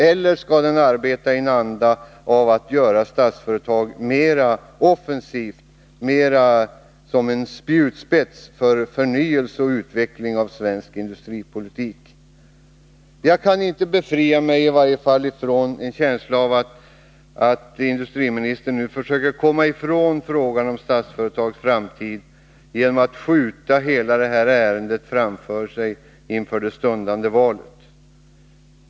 Eller skall arbetsgruppen arbeta i en anda av att göra Statsföretag mera offensivt, mera som en spjutspets för förnyelse och utveckling av svensk industripolitik? Jag kan inte befria mig från känslan av att industriministern nu försöker komma ifrån frågan om Statsföretags framtid, genom att skjuta hela ärendet framför sig inför det stundande valet.